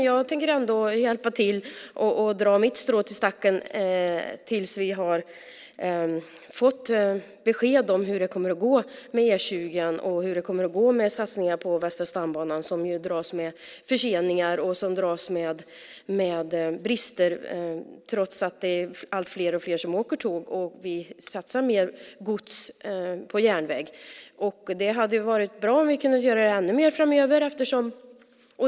Jag tänker ändå hjälpa till och dra mitt strå till stacken tills vi har fått besked om hur det kommer att gå med E 20 och satsningar på Västra stambanan som dras med förseningar och brister trots att allt fler åker tåg och vi satsar mer på gods på järnväg. Det hade varit bra om vi kunde göra det ännu mer framöver.